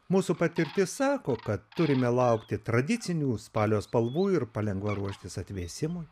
mūsų patirtis sako kad turime laukti tradicinių spalio spalvų ir palengva ruoštis atvėsimui